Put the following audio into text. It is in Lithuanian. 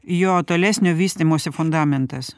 jo tolesnio vystymosi fundamentas